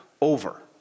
over